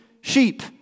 sheep